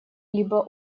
либо